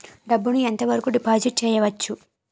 డబ్బు ను ఎంత వరకు డిపాజిట్ చేయవచ్చు?